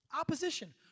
Opposition